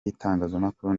y’itangazamakuru